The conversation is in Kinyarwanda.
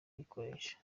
uyikoresha